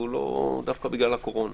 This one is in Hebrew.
והוא לא עולה דווקא בגלל הקורונה.